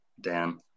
Dan